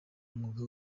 umwuga